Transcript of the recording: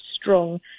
strong